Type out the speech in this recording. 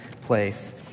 place